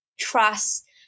trust